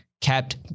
kept